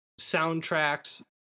soundtracks